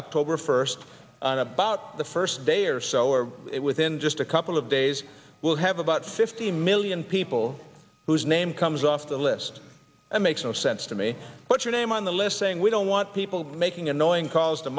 october first about the first day or so or it within just a couple of days we'll have about fifty million people whose name comes off the list and makes no sense to me what your name on the list saying we don't want people making annoying calls to